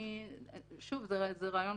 שוב, זה רעיון